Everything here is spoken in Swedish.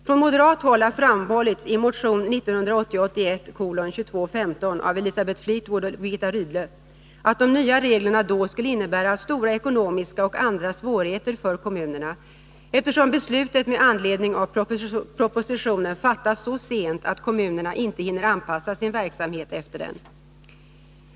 Från moderat håll har framhållits i motion 1980/81:2215 av Elisabeth Fleetwood och Birgitta Rydle att de nya reglerna då skulle innebära stora ekonomiska och även andra svårigheter för kommunerna, eftersom beslutet med anledning av propositionen fattas så sent att kommunerna inte hinner anpassa sin verksamhet efter den.